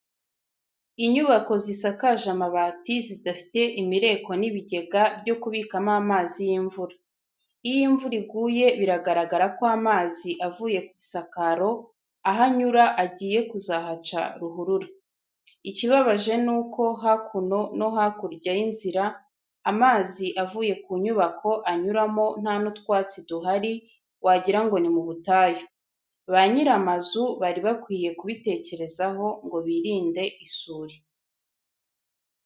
Inyubako zisakaje amabati zidafite imireko n'ibigega byo kubikamo amazi y'imvura. Iyo imvura iguye biragaragara ko amazi avuye ku isakaro aho anyura agiye kuzahaca ruhurura. Ikibabaje ni uko hakuno no hakurya y'inzira amazi avuye ku nyubako anyuramo nta n'utwatsi duhari wagira ngo ni mu butayu. Ba nyiri amazu bari bakwiye kubitekerezaho ngo birinde isuri.